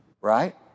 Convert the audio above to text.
Right